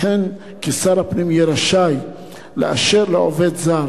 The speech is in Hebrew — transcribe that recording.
וכן כי שר הפנים יהיה רשאי לאשר לעובד זר